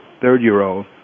third-year-old